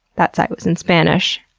that site was in spanish.